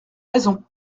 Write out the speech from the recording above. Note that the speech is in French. raison